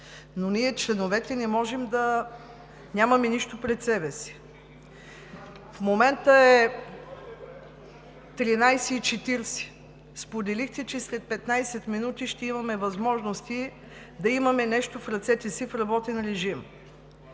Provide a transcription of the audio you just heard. но ние – членовете, нямаме нищо пред себе си. В момента е 13,40 ч., споделихте, че след 15 минути ще имаме възможност да имаме нещо в ръцете си в работен режим.